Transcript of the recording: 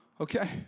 Okay